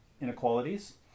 inequalities